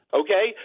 okay